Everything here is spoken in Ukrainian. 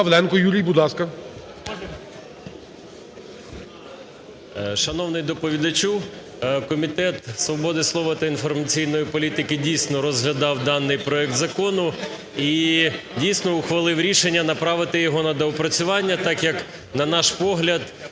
Шановний доповідачу, Комітет свободи слова та інформаційної політики дійсно розглядав даний проект закону і дійсно ухвалив рішення направити його на доопрацювання, так як, на наш погляд,